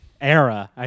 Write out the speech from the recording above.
Era